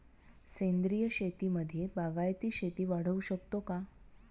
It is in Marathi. सेंद्रिय शेतीमध्ये बागायती शेती वाढवू शकतो का?